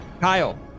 Kyle